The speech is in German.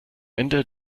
ende